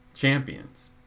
champions